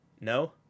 no